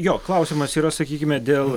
jo klausimas yra sakykime dėl